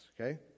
Okay